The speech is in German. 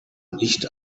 nicht